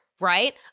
right